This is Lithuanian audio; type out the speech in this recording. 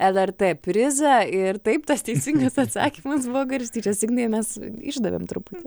lrt prizą ir taip tas teisingas atsakymas buvo garstyčios ignai o mes išdavėm truputį